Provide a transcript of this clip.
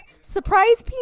surprise